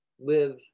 Live